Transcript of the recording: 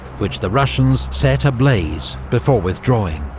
which the russians set ablaze before withdrawing.